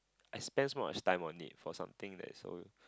I spend so much time on it for something that is so